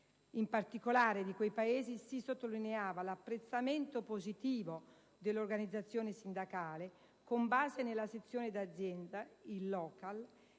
In particolare, di quei Paesi si sottolineava l'apprezzamento positivo dell'organizzazione sindacale con base nella sezione d'azienda (il *local*)